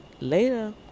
later